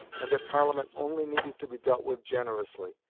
and that parliament only needed to be dealt with generously,